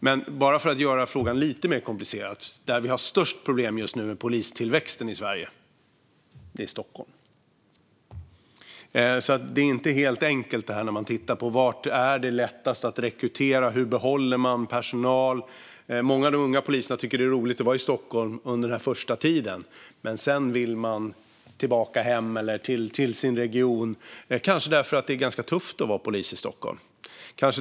Men jag kan göra frågan lite mer komplicerad. Det är i Stockholm som vi just nu har störst problem med polistillväxten i Sverige. Det är alltså inte helt enkelt när man tittar på dessa frågor. Var är det lättast att rekrytera? Hur behåller man personal? Många av de unga poliserna tycker att det är roligt att vara i Stockholm under den första tiden, men sedan vill de tillbaka hem eller till sin region. Det vill de kanske eftersom det är ganska tufft att vara polis i Stockholm.